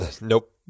Nope